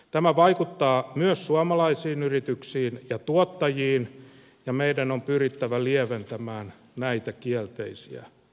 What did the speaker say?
tämä vaikuttaa myös suomalaisiin yrityksiin ja tuottajiin ja meidän on pyrittävä lieventämään näitä kielteisiä vaikutuksia